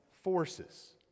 forces